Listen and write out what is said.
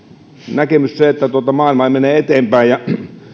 näkemys se että maailma ei mene eteenpäin ja